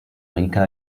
rica